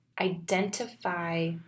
Identify